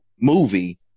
movie